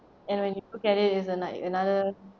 and when you look at it's a like another